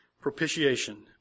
propitiation